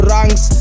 Ranks